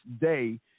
Day